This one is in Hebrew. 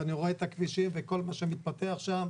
ואני רואה את הכבישים וכל מה שמתפתח שם.